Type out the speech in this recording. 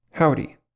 Howdy